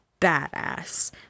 badass